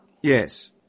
Yes